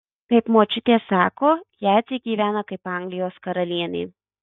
kaip močiutė sako jadzė gyvena kaip anglijos karalienė